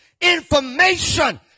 information